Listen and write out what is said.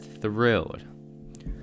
thrilled